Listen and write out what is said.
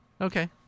Okay